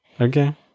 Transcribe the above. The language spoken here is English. Okay